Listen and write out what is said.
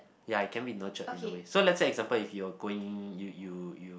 ya it can be nurtured in a way so let's say example if you're going you you you